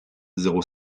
zéro